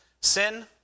sin